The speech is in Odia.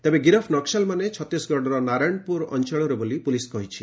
ତେବେ ଗିରଫ୍ ନକୁଲମାନେ ଛତିଶଗଡ଼ର ନାରାୟଣପୁର ଅଞ୍ଚଳର ବୋଲି ପୁଲିସ କହିଛି